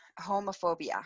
homophobia